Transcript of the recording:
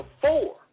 four